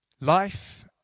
Life